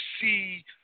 see